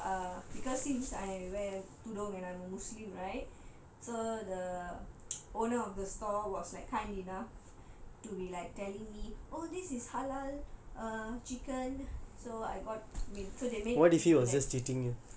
so the meal also uh because since I wear tudong and I'm a muslim right so the so the owner of the store was like kind enough to be like telling me oh this is halal err chicken so I got make so they made meal like